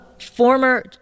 Former